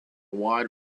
wide